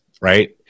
right